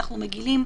אנחנו מגיעים,